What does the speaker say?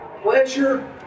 pleasure